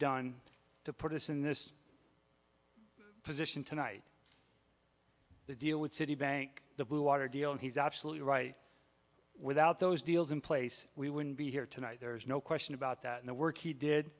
done to put us in this position tonight the deal with citibank the bluewater deal and he's absolutely right without those deals in place we wouldn't be here tonight there's no question about that and the work he did